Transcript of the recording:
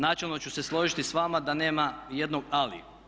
Načelno ću se složiti sa vama da nema jednog "ali"